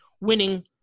winning